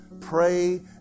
Pray